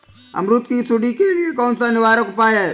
अमरूद की सुंडी के लिए कौन सा निवारक उपाय है?